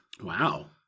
Wow